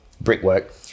brickwork